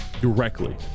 directly